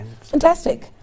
Fantastic